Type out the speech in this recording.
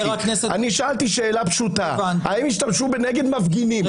שאלתי שאלה פשוטה: האם השתמשו נגד מפגינים,